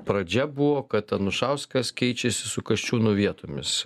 pradžia buvo kad anušauskas keičiasi su kasčiūnu vietomis